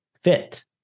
fit